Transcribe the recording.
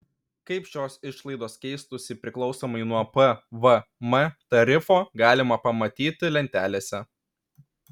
kaip šios išlaidos keistųsi priklausomai nuo pvm tarifo galima pamatyti lentelėse